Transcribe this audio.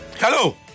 Hello